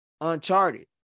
uncharted